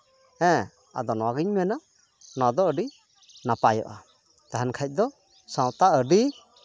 ᱦᱮᱸ ᱟᱫᱚ ᱱᱚᱣᱟᱜᱤᱧ ᱢᱮᱱᱟ ᱱᱚᱣᱟ ᱫᱚ ᱟᱹᱰᱤ ᱱᱟᱯᱟᱭᱚᱜᱼᱟ ᱛᱟᱦᱮᱱ ᱠᱷᱟᱡ ᱫᱚ ᱥᱟᱶᱛᱟ ᱟᱹᱰᱤ